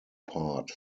part